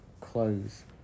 Close